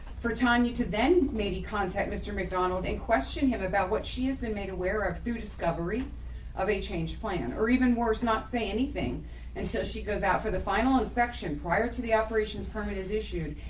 for time you to then maybe contact mr. mcdonald and question him about what she has been made aware of through discovery of a change plan or even worse, not saying anything until she goes out for the final inspection prior to the operations permit is issued,